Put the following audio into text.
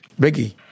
Biggie